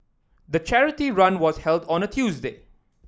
the charity run was held on a Tuesday